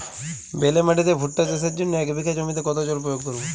বেলে মাটিতে ভুট্টা চাষের জন্য এক বিঘা জমিতে কতো জল প্রয়োগ করব?